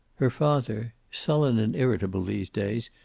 her father, sullen and irritable these days,